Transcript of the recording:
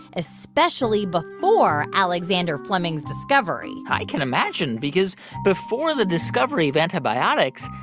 especially before alexander fleming's discovery i can imagine because before the discovery of antibiotics,